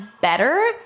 better